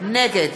נגד